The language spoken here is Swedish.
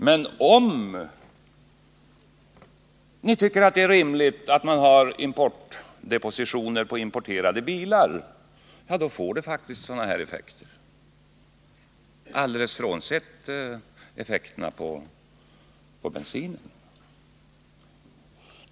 Men om ni tycker att det är rimligt att man har importdepositioner på importerade bilar, får det faktiskt sådana effekter som jag har talat om, alldeles frånsett effekterna på bensinen.